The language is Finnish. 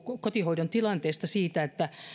kotihoidon tilanteesta siitä että